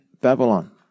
Babylon